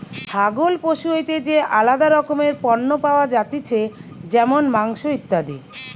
ছাগল পশু হইতে যে আলাদা রকমের পণ্য পাওয়া যাতিছে যেমন মাংস, ইত্যাদি